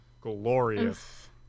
glorious